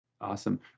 Awesome